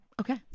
okay